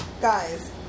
Guys